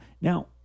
Now